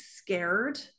scared